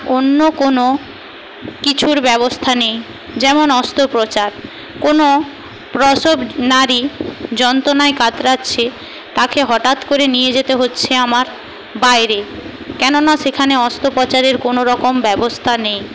অন্য কোনো কিছুর ব্যবস্থা নেই যেমন অস্ত্রপ্রচার কোনো প্রসব নারী যন্ত্রণায় কাতরাচ্ছে তাকে হঠাৎ করে নিয়ে যেতে হচ্ছে আমার বাইরে কেন না সেখানে অস্ত্রপ্রচারের কোনোরকম ব্যবস্থা নেই